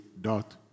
dot